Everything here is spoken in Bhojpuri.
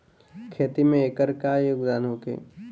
खेती में एकर का योगदान होखे?